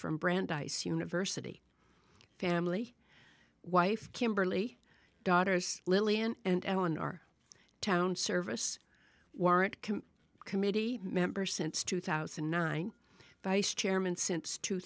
from brandeis university family wife kimberly daughters lily and on our town service weren't committee member since two thousand and nine vice chairman since two